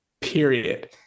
period